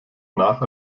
nach